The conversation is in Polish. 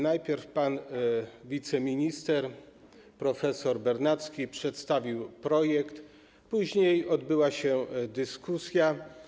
Najpierw pan wiceminister prof. Bernacki przedstawił projekt, później odbyła się dyskusja.